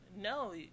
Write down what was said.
no